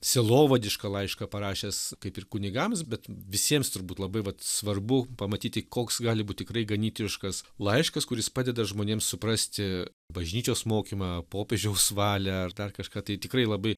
sielovadišką laišką parašęs kaip ir kunigams bet visiems turbūt labai vat svarbu pamatyti koks gali būti tikrai ganytojiškas laiškas kuris padeda žmonėms suprasti bažnyčios mokymą popiežiaus valią ar dar kažką tai tikrai labai